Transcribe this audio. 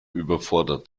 überfordert